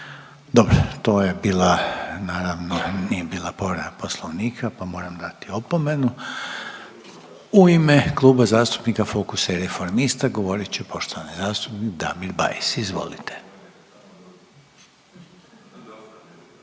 Dobro, to je bila naravno nije bila povreda poslovnika pa moram dati opomenu. U ime Kluba zastupnika Fokusa i Reformista govorit će poštovani zastupnik Damir Bajs. Izvolite.